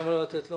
למה לא לתת לו?